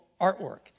artwork